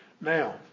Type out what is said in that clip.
Now